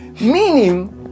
Meaning